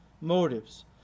motives